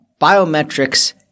biometrics